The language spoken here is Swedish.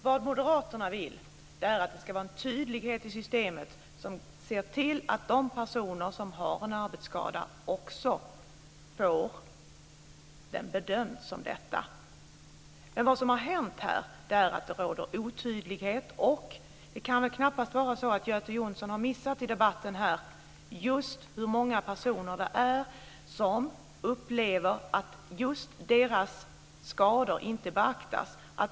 Herr talman! Vad moderaterna vill är att det ska vara en tydlighet i systemet som ser till att de personer som har en arbetsskada också får den bedömd som en sådan. Men vad som har hänt är att det råder otydlighet. Det kan väl knappast vara så att Göte Jonsson i debatten har missat hur många personer det är som upplever att deras skador inte beaktas.